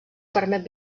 permet